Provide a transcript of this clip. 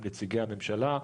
עם נציגי הממשלה.